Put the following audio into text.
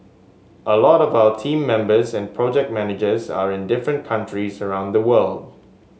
a lot of our team members and project managers are in different countries around the world